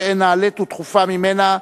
שאין נעלית ודחופה ממנה,